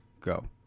go